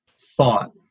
thought